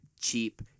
cheap